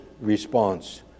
response